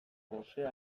gosea